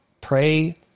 pray